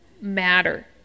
matter